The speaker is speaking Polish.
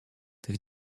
tych